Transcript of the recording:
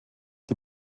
die